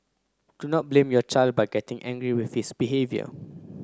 do not blame your child by getting angry with his behaviour